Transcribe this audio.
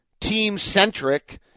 team-centric